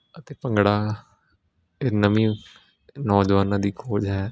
ਅਤੇ ਭੰਗੜਾ ਇਹ ਨਵੀਂ ਨੌਜਵਾਨਾਂ ਦੀ ਖੋਜ ਹੈ